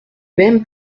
même